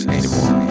anymore